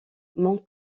mon